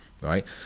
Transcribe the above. Right